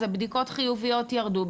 זה בדיקות חיוביות ירדו,